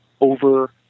over